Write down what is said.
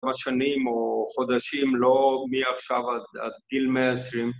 השנים או חודשים, לא מעכשיו עד גיל 120